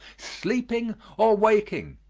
sleeping or waking.